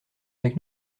avec